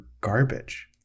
garbage